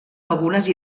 algunes